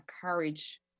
courage